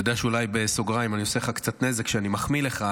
אני יודע שאולי אני עושה לך קצת נזק כשאני מחמיא לך,